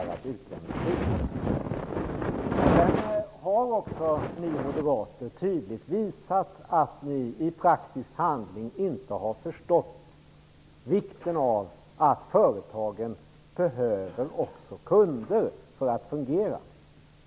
Ni moderater har i praktisk handling tydligt visat att ni inte har förstått att företagen också behöver kunder för att fungera.